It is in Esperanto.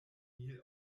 mil